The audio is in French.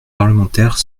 parlementaire